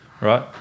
right